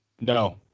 No